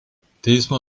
teismo